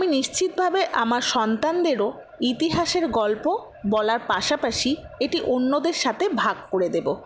আমি নিশ্চিতভাবে আমার সন্তানদেরও ইতিহাসের গল্প বলার পাশাপাশি এটি অন্যদের সাথে ভাগ করে দেব